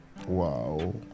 Wow